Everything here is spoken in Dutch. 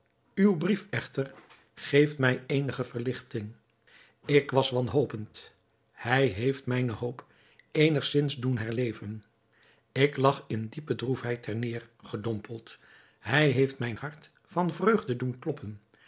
uw brief echter geeft mij eenige verligting ik was wanhopend hij heeft mijne hoop eenigzins doen herleven ik lag in diepe droefheid ter neêr gedompeld hij heeft mijn hart van vreugde doen kloppen